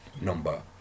number